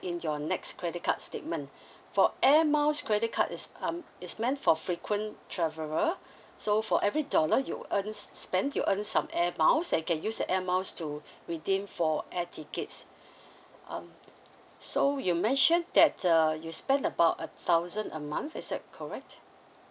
in your next credit card statement for air miles credit card it's um it's meant for frequent traveler so for every dollar you earn spend you earn some air miles then you can use that air miles to redeem for air tickets um so you mentioned that uh you spent about a thousand a month is that correct